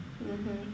mmhmm